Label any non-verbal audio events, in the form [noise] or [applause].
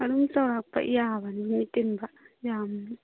ꯑꯗꯨꯝ ꯆꯧꯔꯥꯛꯄ ꯌꯥꯕꯅꯤ ꯃꯤ ꯇꯤꯟꯕ [unintelligible]